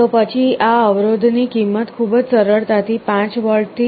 તો પછી આ અવરોધ ની કિંમત ખૂબ જ સરળતાથી 5V 1